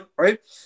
right